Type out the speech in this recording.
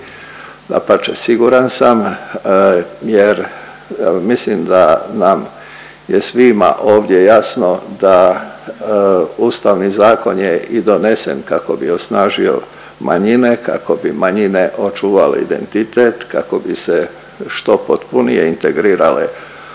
dapače siguran sam jer mislim da nam je svima ovdje jasno da Ustavni zakon je i donesen kako bi osnažio manjine, kako bi manjine očuvale identitet, kako bi se što potpunije integrirale u naše